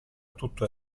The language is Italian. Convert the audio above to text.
tutto